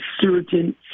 certain